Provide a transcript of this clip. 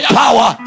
power